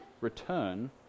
return